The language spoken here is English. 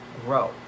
grow